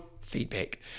feedback